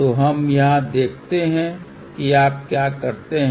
तो हम यहाँ देखते हैं कि आप क्या करते हैं